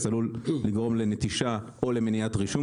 התשפ"ג-2023,